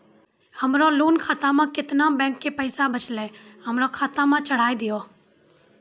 हमरा लोन खाता मे केतना बैंक के पैसा बचलै हमरा खाता मे चढ़ाय दिहो?